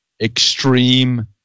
extreme